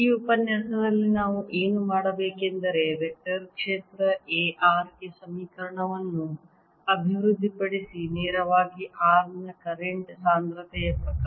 ಈ ಉಪನ್ಯಾಸದಲ್ಲಿ ನಾವು ಏನು ಮಾಡಬೇಕೆಂದರೆ ವೆಕ್ಟರ್ ಕ್ಷೇತ್ರ A r ಗೆ ಸಮೀಕರಣವನ್ನು ಅಭಿವೃದ್ಧಿಪಡಿಸಿ ನೇರವಾಗಿ r ನ ಕರೆಂಟ್ ಸಾಂದ್ರತೆಯ ಪ್ರಕಾರ